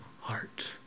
heart